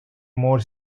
more